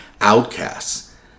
outcasts